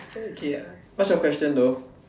okay what's your question though